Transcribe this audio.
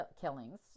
killings